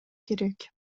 керек